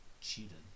Cheated